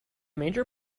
major